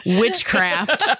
witchcraft